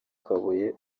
kabuye